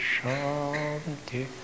Shanti